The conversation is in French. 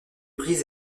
prises